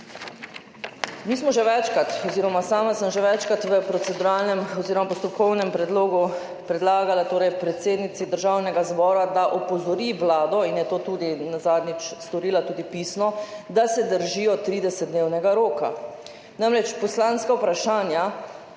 Mi smo že večkrat oziroma sama sem že večkrat v proceduralnem oziroma postopkovnem predlogu predlagala predsednici Državnega zbora, da opozori vlado, in je to zadnjič storila tudi pisno, da se držijo 30-dnevnega roka. Namreč, poslanska vprašanja,